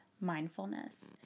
mindfulness